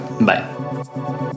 bye